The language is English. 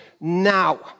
now